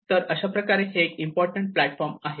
तर अशाप्रकारे हे एक इम्पॉर्टंट प्लॅटफॉर्म आहे